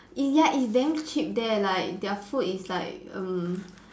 eh ya it's damn cheap like their food is like mm